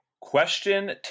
question